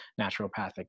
naturopathic